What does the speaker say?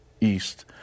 East